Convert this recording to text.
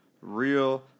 real